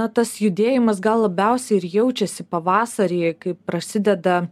na tas judėjimas gal labiausiai ir jaučiasi pavasarį kai prasideda